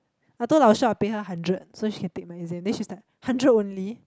I told 老师 I will pay her hundred so she can take my exam then she's like hundred only